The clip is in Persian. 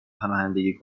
پناهندگی